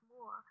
more